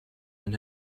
and